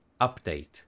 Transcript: update